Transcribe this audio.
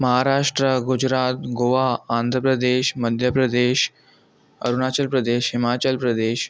Maharashtra Gujarat Goa Andhra Pradesh Madhya Pradesh Arunachal Pradesh Himachal Pradesh